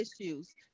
issues